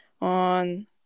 on